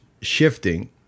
shifting